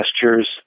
gestures